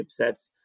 chipsets